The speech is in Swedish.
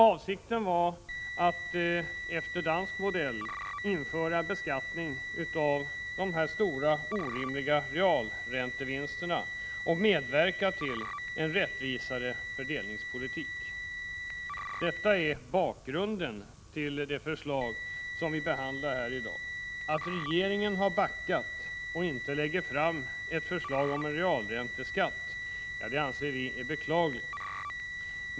Avsikten var att, efter dansk modell, införa en beskattning av dessa stora, orimliga realräntevinster och medverka till en rättvisare fördelningspolitik. Detta är bakgrunden till det förslag som vi behandlar här i dag. Att regeringen har backat och inte lägger fram ett förslag om en Prot. 1986/87:48 realränteskatt är beklagligt.